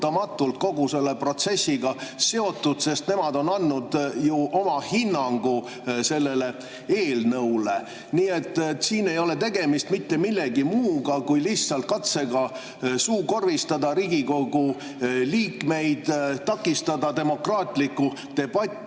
kogu selle protsessiga seotud, sest nemad on andnud ju oma hinnangu sellele eelnõule. Nii et siin ei ole tegemist mitte millegi muuga kui lihtsalt katsega suukorvistada Riigikogu liikmeid, takistada demokraatlikku debatti,